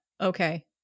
Okay